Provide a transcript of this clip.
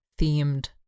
themed